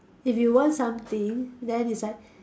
if you want something then it's like